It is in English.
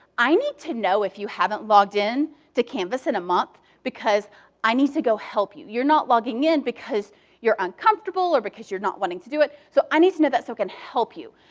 i need to know if you haven't logged in to canvass in a month because i need to go help you. you're not logging in because you're uncomfortable, or because you're not wanting to do it. so i need to know that so i can help you.